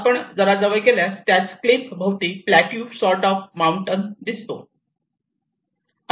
आपण जरा जवळ गेल्यास त्याच क्लीफ सभोवताली प्लॅटवू सॉर्ट ऑफ माउंटन दिसतो